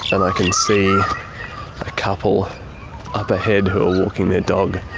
and i can see a couple up ahead who are walking their dog,